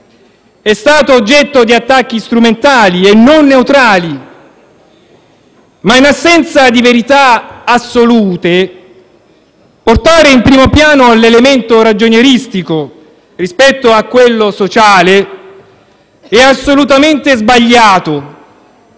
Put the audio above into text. è stato oggetto di attacchi strumentali e non neutrali. Tuttavia, in assenza di verità assolute, portare in primo piano l'elemento ragionieristico rispetto a quello sociale è assolutamente sbagliato;